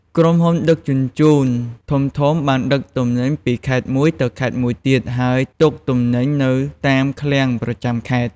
ក្រុមហ៊ុនដឹកជញ្ជូនធំៗបានដឹកទំនិញពីខេត្តមួយទៅខេត្តមួយទៀត ហើយទុកទំនិញនៅតាមឃ្លាំងប្រចាំខេត្ត។